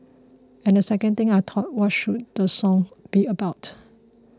and the second thing I thought what should the song be about